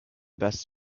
best